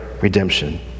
redemption